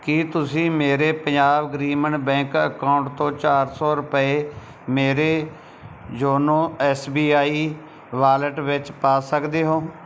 ਕੀ ਤੁਸੀਂ ਮੇਰੇ Punjab Gramin bank account ਤੋਂ ਚਾਰ ਸੌ ਰੁਪਏ ਮੇਰੇ YONO S B I wallet ਵਿੱਚ ਪਾ ਸਕਦੇ ਹੋ